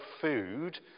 food